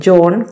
John